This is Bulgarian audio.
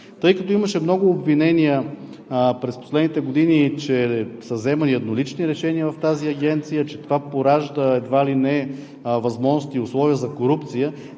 Тъй като имаше много обвинения през последните години, че са взимани еднолични решения в тази агенция, че това поражда едва ли не възможности и условия за корупция,